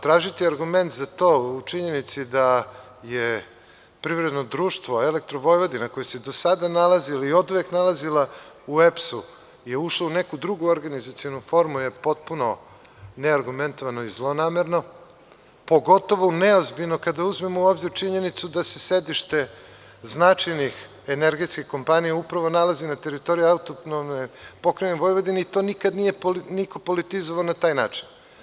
Tražiti argument za to u činjenici da je privredno društvo Elektro Vojvodina koje se do sada nalazila i oduvek nalazila u EPS-u je ušla u neku drugu organizacionu formu je potpuno ne argumentovano i zlonamerno, pogotovo neozbiljno kada uzmemo u obzir činjenicu da se sedište značajnih energetskih kompanija upravo nalazi na teritoriji AP Vojvodine i to nikad niko nije politizovao na taj način.